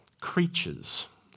creatures